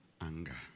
Anger